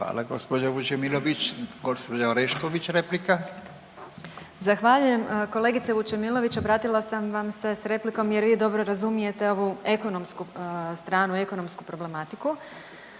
Dalija (Stranka s imenom i prezimenom)** Zahvaljujem. Kolegice Vučemilović obratila sam vam se s replikom jer vi dobro razumijete ovu ekonomsku stranu, ekonomsku problematiku,